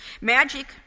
Magic